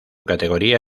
categoría